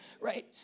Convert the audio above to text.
Right